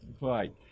right